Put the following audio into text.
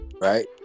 Right